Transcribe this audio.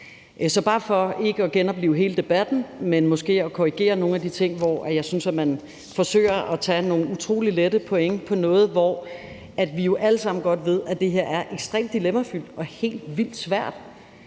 Så for ikke at genoplive hele debatten, men måske korrigere nogle af de ting, hvor jeg synes man forsøger at tage nogle utrolig lette point på noget, som vi jo alle sammen godt ved er ekstremt dilemmafyldt og helt vildt svært,